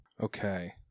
Okay